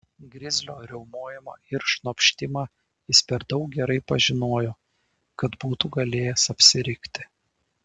grizlio riaumojimą ir šnopštimą jis per daug gerai pažinojo kad būtų galėjęs apsirikti